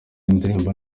indirimbo